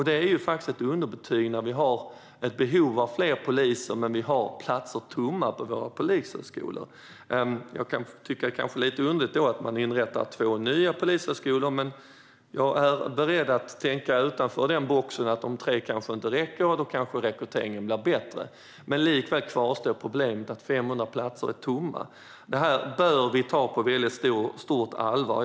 Det är faktiskt ett underbetyg att platser står tomma på våra polishögskolor när vi har ett behov av fler poliser. Därför kan jag tycka att det är lite underligt att man inrättar två nya polishögskolor. Men jag är beredd att tänka utanför den boxen, att de tre kanske inte räcker och att rekryteringen ökar. Likväl kvarstår problemet att 500 platser är tomma. Detta bör vi ta på stort allvar.